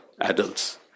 adults